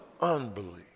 unbelief